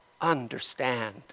understand